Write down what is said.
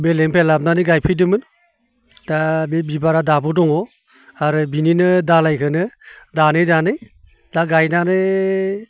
बेलेखनिफ्राय लाबोनानै गायफैदोंमोन दा बे बिबारा दाबो दङ आरो बिनिनो दालायखोनो दानै दानै दा गायनानै